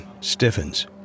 Stiffens